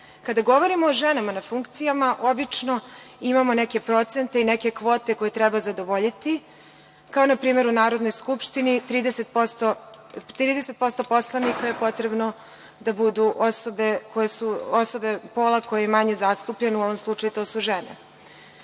govorimo o ženama na funkcijama, obično imamo neke procente i neke kvote koje treba zadovoljiti, kao, na primer, u Narodnoj Skupštini 30% poslanika je potrebno da budu osobe pola koji je manje zastupljen, a u ovom slučaju to su žene.